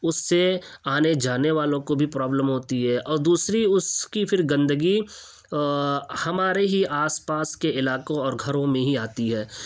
اس سے آنے جانے والوں کو بھی پرابلم ہوتی ہے اور دوسری اس کی پھر گندگی ہمارے ہی آس پاس کے علاقوں اور گھروں میں ہی آتی ہے